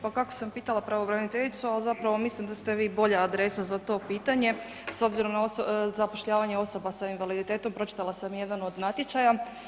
Pa kako sam pitala pravobraniteljicu, al zapravo mislim da ste vi bolja adresa za to pitanje s obzirom na zapošljavanje osoba s invaliditetom, pročitala sam jedan od natječaja.